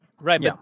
Right